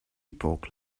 epoch